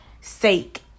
sake